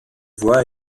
voix